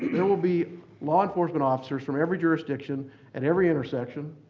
there will be law enforcement officers from every jurisdiction at every intersection,